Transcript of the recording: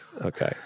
Okay